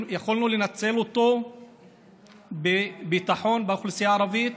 יכולנו לנצל אותו לביטחון באוכלוסייה הערבית,